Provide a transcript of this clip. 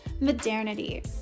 modernity